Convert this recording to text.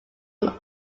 were